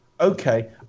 Okay